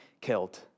killed